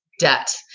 debt